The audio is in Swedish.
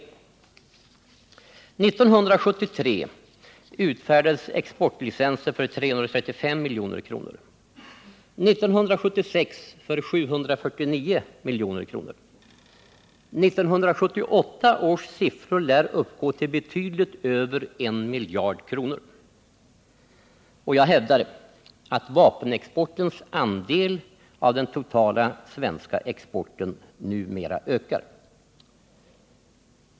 1973 utfärdades exportlicenser för 335 milj.kr. och 1976 för 749 milj.kr. För 1978 lär siffran betydligt överstiga 1 miljard kronor, och jag hävdar att vapenexportens andel av den totala svenska exporten numera ökar.